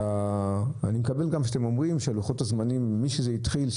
אני מקבל גם שאתם אומרים שלוחות הזמנים משזה התחיל,